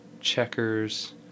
Checkers